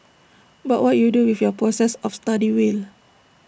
but what you do with your process of study will